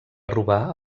robar